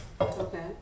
Okay